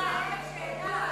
שאלה: איך זה קשור לגזענות,